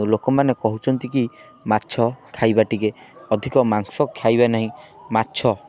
ଲୋକମାନେ କହୁଛନ୍ତି କି ମାଛ ଖାଇବା ଟିକେ ଅଧିକ ମାଂସ ଖାଇବା ନାହିଁ ମାଛ